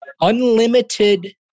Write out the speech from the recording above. unlimited